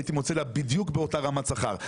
הייתי מוצא לה בדיוק באותה רמת שכר.